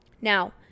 Now